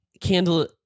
candle